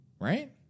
Right